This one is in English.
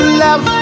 love